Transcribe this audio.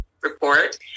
report